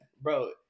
Bro